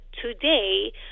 today